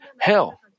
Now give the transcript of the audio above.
hell